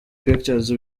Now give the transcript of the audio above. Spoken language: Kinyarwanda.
pictures